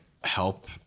help